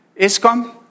ESCOM